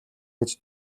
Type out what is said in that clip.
гэж